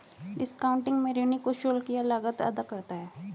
discounting में ऋणी कुछ शुल्क या लागत अदा करता है